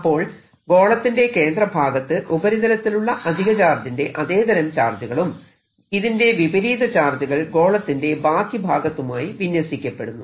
അപ്പോൾ ഗോളത്തിന്റെ കേന്ദ്ര ഭാഗത്ത് ഉപരിതലത്തിലുള്ള അധിക ചാർജിന്റെ അതെ തരം ചാർജുകളും ഇതിന്റെ വിപരീത ചാർജുകൾ ഗോളത്തിന്റെ ബാക്കി ഭാഗത്തുമായി വിന്യസിക്കപ്പെടുന്നു